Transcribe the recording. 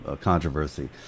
controversy